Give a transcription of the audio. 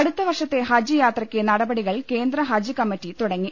അടുത്തവർഷത്തെ ഹജ്ജ് യാത്രയ്ക്ക് നടപടികൾ കേന്ദ്ര ഹജ്ജ് കമ്മിറ്റി തുടങ്ങി